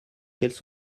quelles